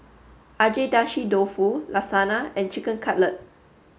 Agedashi Dofu Lasagna and Chicken Cutlet